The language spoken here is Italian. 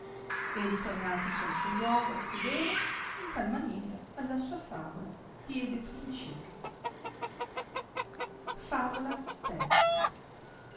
e ritornatosi al suo luogo a sedere in tal maniera alla sua favola diede principio favola